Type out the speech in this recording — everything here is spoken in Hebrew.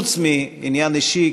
חוץ מעניין אישי,